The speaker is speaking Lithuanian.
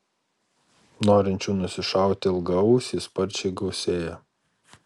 norinčių nusišauti ilgaausį sparčiai gausėja